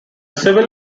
civil